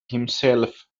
himself